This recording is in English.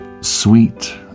Sweet